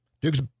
Duke's